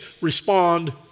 respond